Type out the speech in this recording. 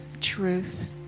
truth